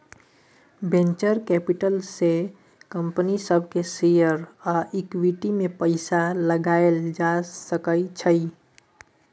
venture capital से company सब के शेयर आ इक्विटी में पैसा लगाएल जा सकय छइ